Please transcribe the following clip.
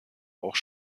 auch